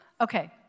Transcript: Okay